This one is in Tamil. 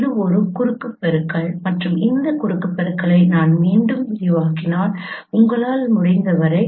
இது ஒரு குறுக்கு பெருக்கல் மற்றும் இந்த குறுக்கு பெருக்களை நான் மீண்டும் விரிவாக்கினால் உங்களால் முடிந்தவரை